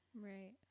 Right